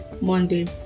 Monday